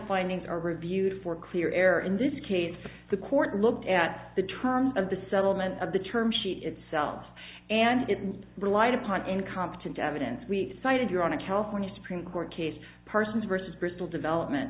findings are reviewed for clear error in this case the court looked at the terms of the settlement of the term sheet itself and it was relied upon incompetent evidence we've cited your on a california supreme court case persons versus bristol development